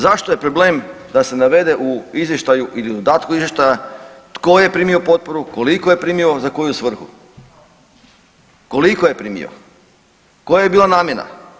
Zašto je problem da se navede u izvještaju ili u dodatku izvještaja tko je primio potporu, koliko je primio, za koju svrhu, koliko je primio, koja je bila namjena?